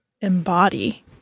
embody